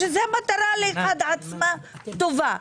שזה מטרה בפני עצמה טובה.